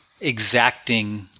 exacting